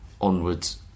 onwards